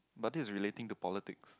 but this is relating to politics